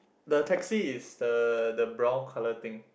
the taxi is the the brown colour thing